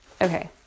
Okay